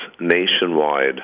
nationwide